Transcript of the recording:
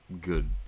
good